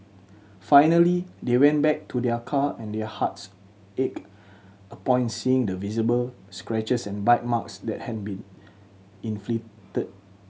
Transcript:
finally they went back to their car and their hearts ached upon seeing the visible scratches and bite marks that had been inflicted